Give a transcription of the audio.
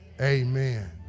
amen